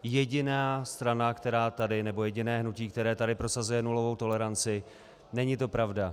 Jediná strana nebo jediné hnutí, které tady prosazuje nulovou toleranci není to pravda.